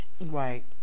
right